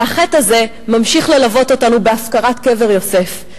והחטא הזה ממשיך ללוות אותנו בהפקרת קבר יוסף.